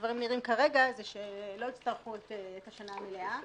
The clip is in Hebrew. שהדברים נראים כרגע, לא יצטרכו את השנה המלאה.